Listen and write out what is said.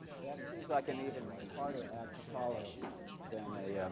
that seems like an even harder act to follow than a